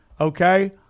Okay